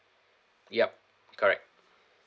ya correct